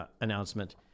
announcement